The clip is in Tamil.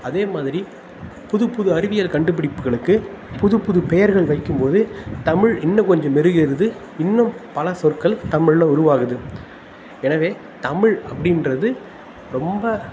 அதேமாதிரி புதுப்புது அறிவியல் கண்டுபிடிப்புகளுக்கு புதுப்புது பெயர்கள் வைக்கும்போது தமிழ் இன்னும் கொஞ்சம் மெருகேறுது இன்னும் பல சொற்கள் தமிழில் உருவாகுது எனவே தமிழ் அப்படின்றது ரொம்ப